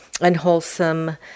unwholesome